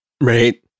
Right